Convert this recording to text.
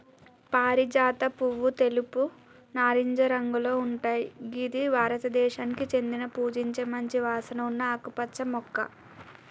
పారిజాత పువ్వు తెలుపు, నారింజ రంగులో ఉంటయ్ గిది భారతదేశానికి చెందిన పూజించే మంచి వాసన ఉన్న ఆకుపచ్చ మొక్క